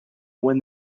when